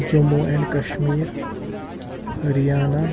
Jammu and Kashmir Haryana